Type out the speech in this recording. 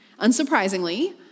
Unsurprisingly